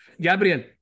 Gabriel